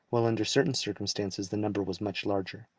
while under certain circumstances the number was much larger.